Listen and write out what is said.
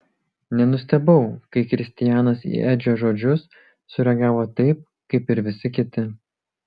nenustebau kai kristianas į edžio žodžius sureagavo taip kaip ir visi kiti